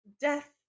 death